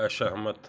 असहमत